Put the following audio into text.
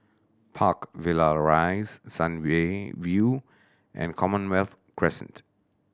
Park Villa Rise Sun Way View and Commonwealth Crescent